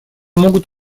могут